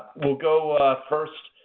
we'll go first,